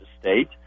state